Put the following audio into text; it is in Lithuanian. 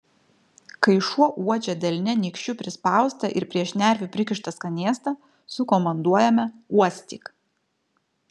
kai šuo uodžia delne nykščiu prispaustą ir prie šnervių prikištą skanėstą sukomanduojame uostyk